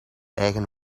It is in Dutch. eigen